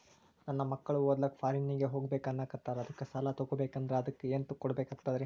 ನನ್ನ ಮಕ್ಕಳು ಓದ್ಲಕ್ಕ ಫಾರಿನ್ನಿಗೆ ಹೋಗ್ಬಕ ಅನ್ನಕತ್ತರ, ಅದಕ್ಕ ಸಾಲ ತೊಗೊಬಕಂದ್ರ ಅದಕ್ಕ ಏನ್ ಕೊಡಬೇಕಾಗ್ತದ್ರಿ?